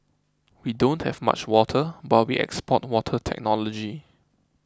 we don't have much water but we export water technology